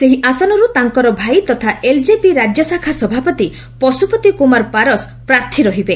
ସେହି ଆସନରୁ ତାଙ୍କର ଭାଇ ତଥା ଏଲ୍ଜେପି ରାଜ୍ୟଶାଖା ସଭାପତି ପଶୁପତି କୁମାର ପାରସ୍ ପ୍ରାର୍ଥୀ ରହିବେ